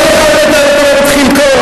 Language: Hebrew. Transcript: כל אחד מאתנו תורם את חלקו.